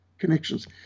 connections